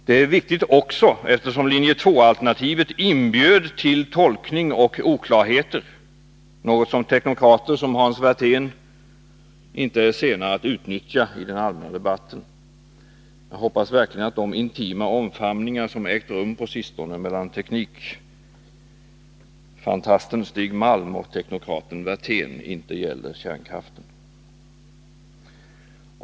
Det är dessutom viktigt eftersom linje 2-alternativet inbjöd till tolkning och oklarheter, något som teknokrater som Hans Werthén inte är sena att utnyttja i den allmänna debatten. Jag hoppas verkligen att de intima omfamningar som ägt rum på sistone mellan teknikfantasten Stig Malm och teknokraten Werthén inte gäller kärnkraften.